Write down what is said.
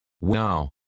Wow